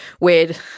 weird